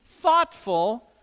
thoughtful